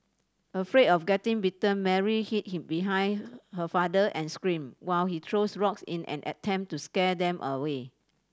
afraid of getting bitten Mary hid behind her father and screamed while he threw rocks in an attempt to scare them away